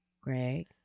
Greg